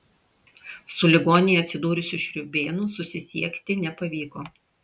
su ligoninėje atsidūrusiu šriūbėnu susisiekti nepavyko